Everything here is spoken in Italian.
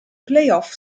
playoff